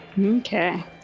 okay